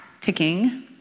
ticking